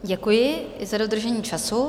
Děkuji i za dodržení času.